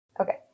Okay